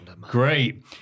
Great